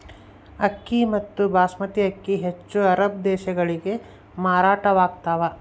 ಅಕ್ಕಿ ಮತ್ತು ಬಾಸ್ಮತಿ ಅಕ್ಕಿ ಹೆಚ್ಚು ಅರಬ್ ದೇಶಗಳಿಗೆ ಮಾರಾಟವಾಗ್ತಾವ